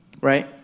Right